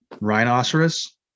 rhinoceros